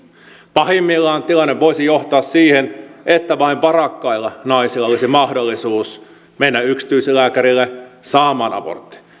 pahimmillaan tilanne voisi johtaa siihen että vain varakkailla naisilla olisi mahdollisuus mennä yksityislääkärille saamaan abortti